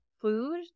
food